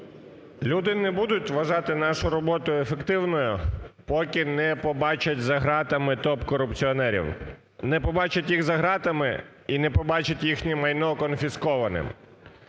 Люди не будуть вважати нашу роботу ефективною, поки не побачать за ґратами топ-корупціонерів, не побачать їх за ґратами і не побачать їхнє майно конфіскованим.